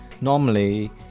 normally